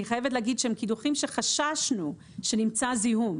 אני חייבת להגיד שהם קידוחים שחששנו שנמצא בהם זיהום.